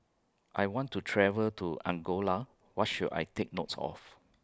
I want to travel to Angola What should I Take Notes of